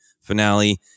finale